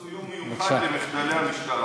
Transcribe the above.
תעשו יום מיוחד למחדלי המשטרה.